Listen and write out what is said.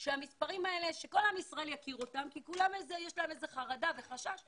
כל עם ישראל צריך להכיר את המספרים כי לכולם יש איזה חרדה או חשש.